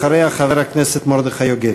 אחריה, חבר הכנסת מרדכי יוגב.